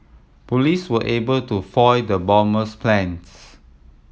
police were able to foil the bomber's plans